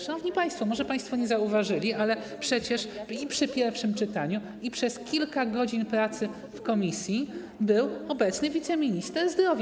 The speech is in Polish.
Szanowni państwo, może państwo nie zauważyli, ale przecież i przy pierwszym czytaniu, i przez kilka godzin pracy w komisji był obecny wiceminister zdrowia.